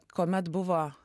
kuomet buvo